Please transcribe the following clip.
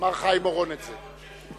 אמר חיים אורון את זה.